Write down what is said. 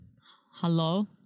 Hello